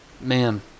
man